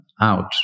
out